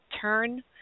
turn